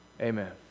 Amen